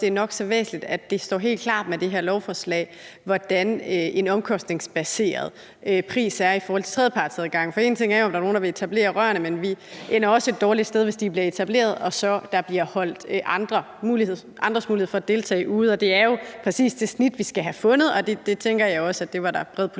det er nok så væsentligt, at det står helt klart med det her lovforslag, hvordan en omkostningsbaseret pris er i forhold til tredjepartsadgang. For én ting er jo, om der er nogen, der vil etablere rørene, men vi ender også et dårligt sted, hvis de bliver etableret og så andre bliver holdt ude og ikke har mulighed for at deltage. Det er jo præcis det snit, vi skal have fundet, og det tænker jeg også at der var bred politisk